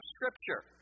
Scripture